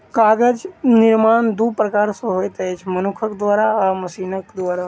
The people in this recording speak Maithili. कागज निर्माण दू प्रकार सॅ होइत अछि, मनुखक द्वारा आ मशीनक द्वारा